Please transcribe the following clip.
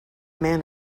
man